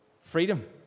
freedom